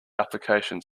application